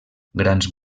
grans